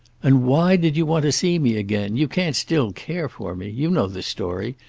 and why did you want to see me again? you can't still care for me. you know the story.